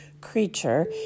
creature